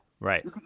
Right